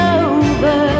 over